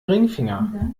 ringfinger